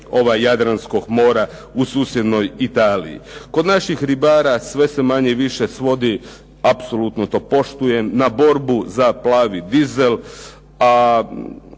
obali Jadranskog mora u susjednoj Italiji. Kod naših ribara sve se manje-više svodi, apsolutno to poštujem, na borbu za plavi dizel,